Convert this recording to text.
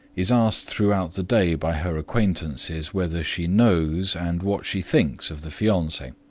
is asked throughout the day by her acquaintances whether she knows and what she thinks of the fiance.